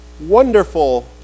wonderful